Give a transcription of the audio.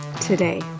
today